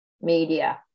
media